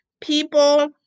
people